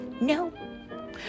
No